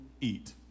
eat